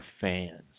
fans